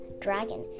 dragon